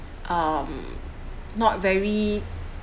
um not very